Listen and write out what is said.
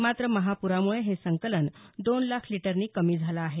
मात्र महाप्रामुळे हे संकलन दोन लाख लिटरनी कमी झालं आहे